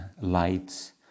lights